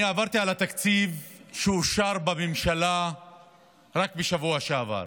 אני עברתי על התקציב שאושר בממשלה רק בשבוע שעבר,